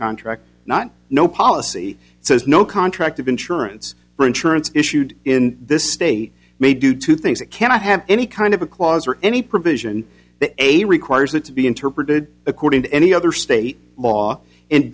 contract not no policy says no contract of insurance for insurance issued in this state may do two things it cannot have any kind of a clause or any provision that a requires it to be interpreted according to any other state law and